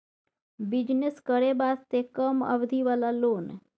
Business करे वास्ते कम अवधि वाला लोन?